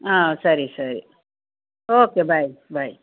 ಹಾಂ ಸರಿ ಸರಿ ಓಕೆ ಬೈ ಬೈ